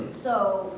so